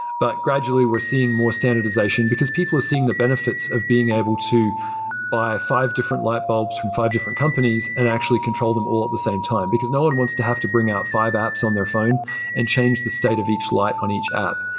but gradually we're seeing more standardization, because people are seeing the benefits of being able to buy five different light bulbs from five different companies and actually control them all at the same time, because no one wants to have to bring out five apps on their phone and change the state of each light on each app.